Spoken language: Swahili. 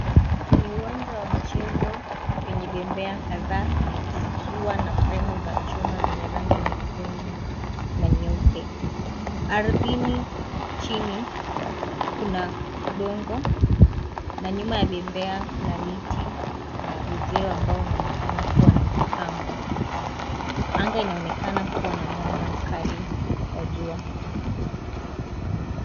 Ni uwanja wa michezo yenye bembea kadhaa zikiwa na fremu za chuma zenye rangi nyekundu na nyeupe. Ardhini chini, kuna udongo na nyuma ya bembea kuna miti na uzee ambao unaonekana kuwa na mapambo. Anga inaonekana kuwa na mwanga mkali wa jua.